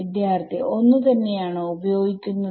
വിദ്യാർത്ഥി ഒന്ന് തന്നെയാണോ ഉപയോഗിക്കുന്നത്